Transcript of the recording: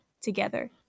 together